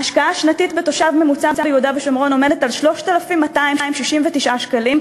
ההשקעה השנתית בתושב ממוצע ביהודה ושומרון עומדת על 3,269 שקל,